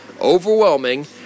overwhelming